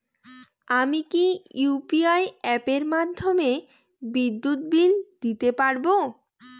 আমি কি ইউ.পি.আই অ্যাপের মাধ্যমে বিদ্যুৎ বিল দিতে পারবো কি?